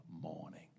morning